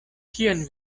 kion